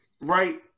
Right